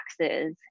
taxes